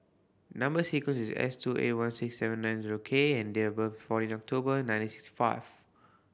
number sequence is S two eight one six seven nine zero K and date of birth is fourteen October nineteen sixty five